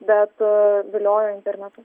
bet viliojo internetu